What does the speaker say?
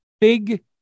big